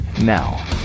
Now